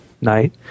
night